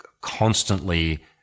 constantly